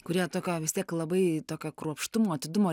kurie tokio vis tiek labai tokio kruopštumo atidumo